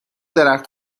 درخت